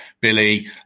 Billy